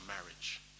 marriage